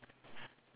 ya